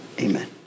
Amen